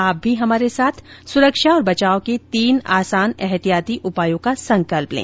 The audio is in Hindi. आप भी हमारे साथ सुरक्षा और बचाव के तीन आसान एहतियाती उपायों का संकल्प लें